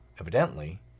evidently